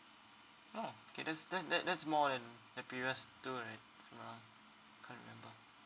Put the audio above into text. oh okay that's that that that's more than the previous two right if I'm not wrong can't remember